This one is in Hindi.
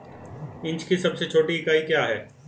इंच की सबसे छोटी इकाई क्या है?